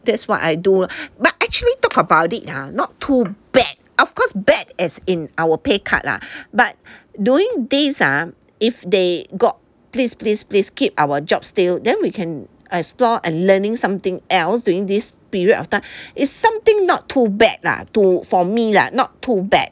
that's what I do but actually talk about it ah not too bad of course bad as in our pay cut lah but doing these ah if they got please please please keep our job still then we can explore and learning something else during this period of time it's something not too bad lah for me lah not too bad